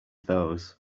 those